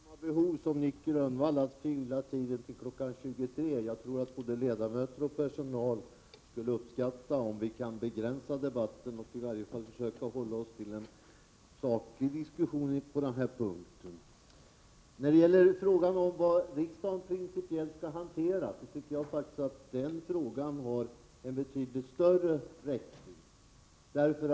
Herr talman! Jag kanske inte har samma behov som Nic Grönvall att fylla ut tiden till kl. 23. Jag tror att både ledamöter och personal skulle uppskatta om vi begränsade debatten och i varje fall försökte hålla oss till en saklig diskussion på denna punkt. Vad riksdagen principiellt skall hantera tycker jag faktiskt är en fråga av betydligt större räckvidd.